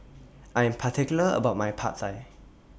I Am particular about My Pad Thai